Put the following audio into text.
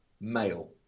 male